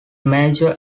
major